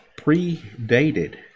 predated